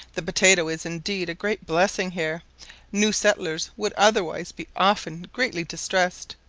the potatoe is indeed a great blessing here new settlers would otherwise be often greatly distressed,